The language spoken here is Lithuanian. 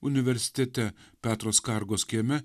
universitete petro skargos kieme